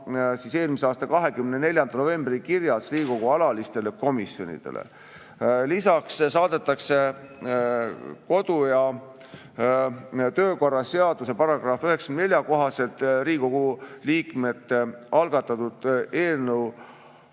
oma eelmise aasta 24. novembri kirjas Riigikogu alatistele komisjonidele. Lisaks saadetakse kodu‑ ja töökorra seaduse § 94 kohaselt Riigikogu liikmete algatatud eelnõu